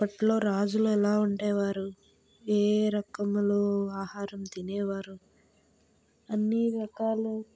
అప్పట్లో రాజులు ఎలా ఉండేవారు ఏ ఏ రకములు ఆహారం తినేవారు అన్నీ రకాలు